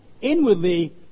inwardly